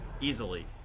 easily